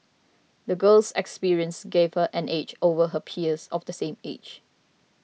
the girl's experiences gave her an edge over her peers of the same age